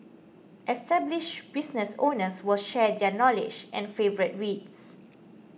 established businesses owners will share their knowledge and favourite reads